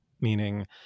meaning